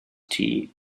tea